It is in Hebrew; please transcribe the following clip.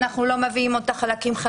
אנו לא מביאים אותה חלקים-חלקים.